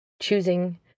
Choosing